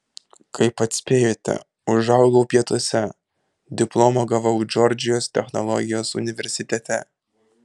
kaip atspėjote užaugau pietuose diplomą gavau džordžijos technologijos universitete